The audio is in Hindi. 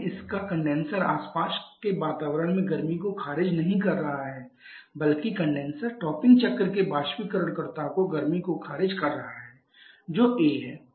लेकिन इसका कंडेनसर आसपास के वातावरण मे गर्मी को खारिज नहीं कर रहा है बल्कि कंडेनसर टॉपिंग चक्र के बाष्पीकरणकर्ता को गर्मी को खारिज कर रहा है जो ए है